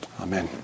Amen